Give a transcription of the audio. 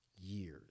years